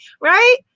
Right